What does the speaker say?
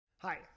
Hi